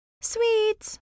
Sweet